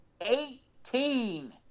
Eighteen